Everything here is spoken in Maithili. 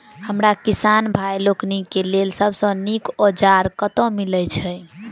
हमरा किसान भाई लोकनि केँ लेल सबसँ नीक औजार कतह मिलै छै?